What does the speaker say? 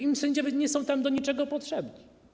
Im sędziowie nie są tam do niczego potrzebni.